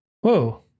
Whoa